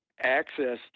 access